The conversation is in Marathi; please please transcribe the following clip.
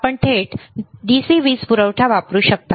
आपण थेट DC वीज पुरवठा वापरू शकता